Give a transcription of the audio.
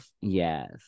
yes